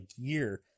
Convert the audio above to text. year